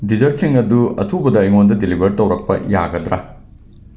ꯗꯤꯖꯔꯠꯁꯤꯡ ꯑꯗꯨ ꯑꯊꯨꯕꯗ ꯑꯩꯉꯣꯟꯗ ꯗꯤꯂꯤꯕꯔ ꯇꯧꯔꯛꯄ ꯌꯥꯒꯗ꯭ꯔꯥ